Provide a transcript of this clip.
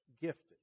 gifted